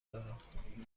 دارم